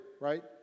Right